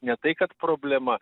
ne tai kad problema